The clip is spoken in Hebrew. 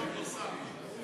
אולי נעשה סיבוב שאלות נוסף.